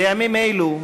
בימים אלו,